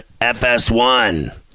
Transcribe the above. FS1